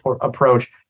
approach